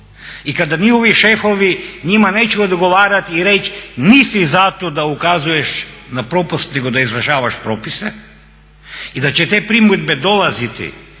i kada nije uvijek šefovi njima neće odgovarati i reći nisi zato da ukazuješ na propust nego da izvršavaš propise i da će te primjedbe dolaziti